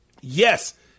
Yes